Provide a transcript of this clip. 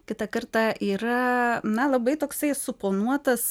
kitą kartą yra na labai toksai suponuotas